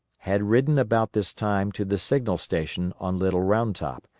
had ridden about this time to the signal station on little round top,